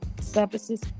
services